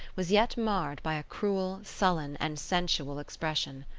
was yet marred by a cruel, sullen, and sensual expression.